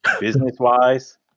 business-wise